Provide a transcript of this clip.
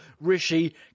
Rishi